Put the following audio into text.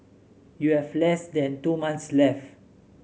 you have less than two months left